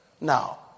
Now